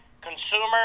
consumer